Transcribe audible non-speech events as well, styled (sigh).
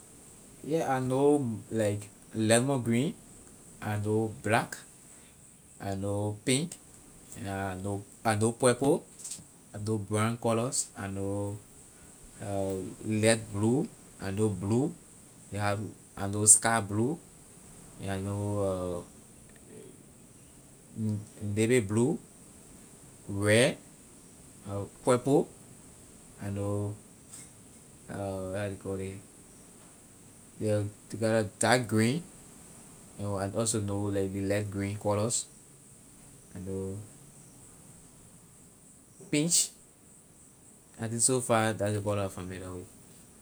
I know like lemon green I know black I know pink and I know I know purple I know brown colors (hesitation) I know we get blue I know blue ley hav- I know sky blue and I know (hesitation) na- navy blue red purple I know (hesitation) how you call ley we get dark green know I also know we green colors you know ley peach I think so far that is what I familiar with.